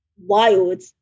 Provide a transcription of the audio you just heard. Wild